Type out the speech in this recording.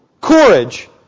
courage